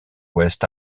ouest